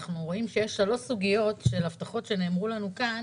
אנחנו רואים שיש שלוש סוגיות של הבטחות שנאמרו לנו כאן